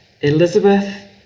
Elizabeth